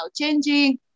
changing